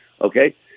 Okay